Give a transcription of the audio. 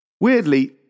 Weirdly